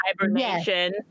hibernation